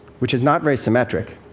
which is not very symmetric,